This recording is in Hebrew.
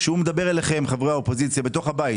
שמדבר אליכם חברי האופוזיציה בתוך הבית